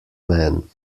man